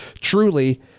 truly